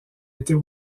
était